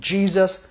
Jesus